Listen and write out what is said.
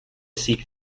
seek